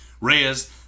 Reyes